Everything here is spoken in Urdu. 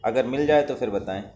اگر مل جائے تو پھر بتائیں